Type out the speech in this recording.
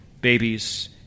babies